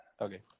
Okay